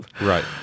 right